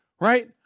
Right